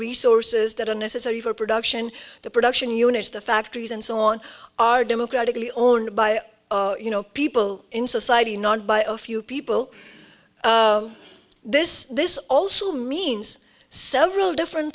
resources that are necessary for production the production units the factories and so on are democratically owned by you know people in society not by a few people this this also means several different